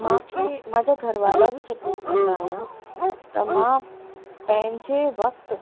मूंखे मुंहिंजा घर वारा बि सपोर्ट कंदा आहियां त मां पंहिंजे वक़्ति